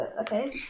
Okay